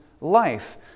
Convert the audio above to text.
life